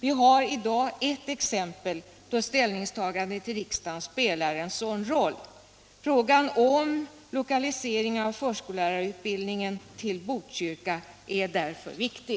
Vi har i dag ett exempel på att ställningstagandet i riksdagen spelar en sådan roll. Frågan om lokalisering av förskollärarutbildningen till Botkyrka är därför viktig.